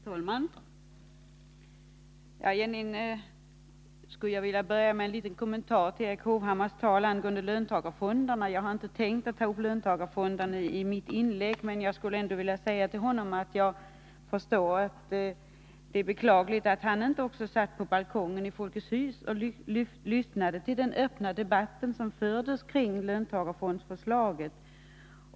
Herr talman! Egentligen skulle jag vilja börja med en liten kommentar till vad Erik Hovhammar sade om löntagarfonderna. Jag hade inte tänkt att ta upp frågan om löntagarfonderna i mitt inlägg, men jag skulle ändå vilja säga till Erik Hovhammar att det är beklagligt att inte också han satt på läktaren i Folkets hus och lyssnade till den öppna debatt som fördes kring löntagarfondsförslaget.